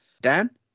dan